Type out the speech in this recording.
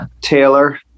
Taylor